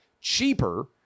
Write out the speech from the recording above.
cheaper